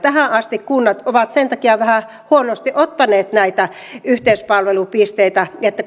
kun tähän asti kunnat ovat sen takia vähän huonosti ottaneet näitä yhteispalvelupisteitä että